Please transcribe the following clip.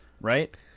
right